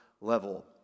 level